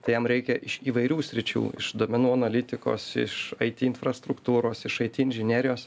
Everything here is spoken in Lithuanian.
tai jam reikia iš įvairių sričių iš duomenų analitikos iš aiti infrastruktūros iš aiti inžinerijos